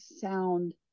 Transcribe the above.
sound